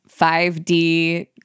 5D